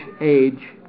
age